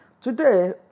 Today